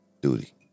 duty